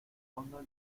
fondo